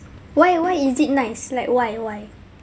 why why is it nice like why why